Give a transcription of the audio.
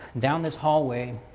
down this hallway,